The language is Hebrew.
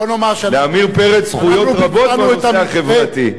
לעמיר פרץ זכויות רבות בנושא החברתי.